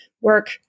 work